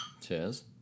Cheers